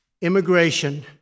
Immigration